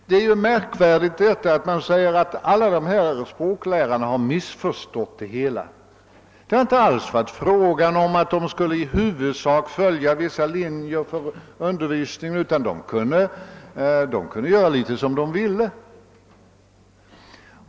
Det är märkvärdigt att man säger att språklärarna har missförstått det hela, det har inte alls varit fråga om att de skulle i huvudsak följa vissa linjer för undervisningen utan de kunde göra litet som de ville.